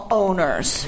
owners